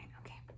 okay